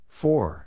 four